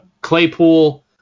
Claypool